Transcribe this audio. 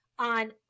on